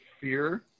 fear